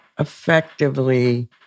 effectively